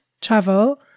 travel